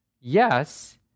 yes